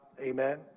amen